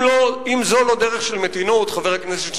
אם זו לא דרך של מתינות, חבר הכנסת שנלר,